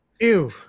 ew